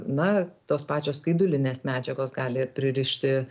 na tos pačios skaidulinės medžiagos gali pririšti